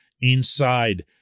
inside